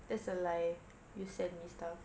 that's a lie you send me stuff